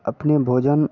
अपनी भोजन